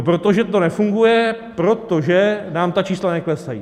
Protože to nefunguje, protože nám čísla neklesají.